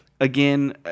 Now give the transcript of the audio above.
Again